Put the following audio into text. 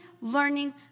learning